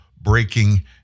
breaking